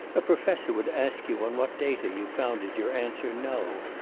a professor would ask you on what data you founded your answer no.